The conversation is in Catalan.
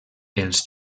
els